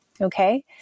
Okay